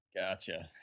Gotcha